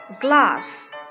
glass